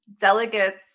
delegates